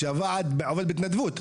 שהוועד עובד בהתנדבות,